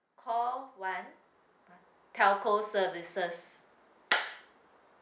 call one telco services